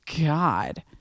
God